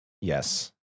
Yes